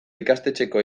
ikastetxeko